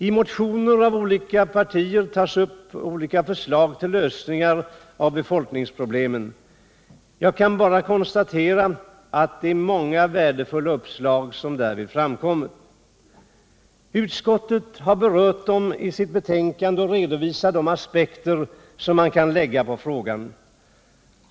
I motionerna från olika partier tas upp olika förslag till lösningar av befolkningsproblemen. Jag kan bara konstatera att det är många värdefulla uppslag som därvid framkommer. Utskottet har berört dem i sitt betänkande och redovisar de aspekter som kan läggas på frågan.